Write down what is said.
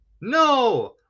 No